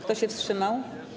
Kto się wstrzymał?